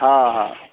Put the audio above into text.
हॅं हॅं